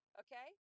okay